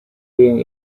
being